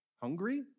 Hungry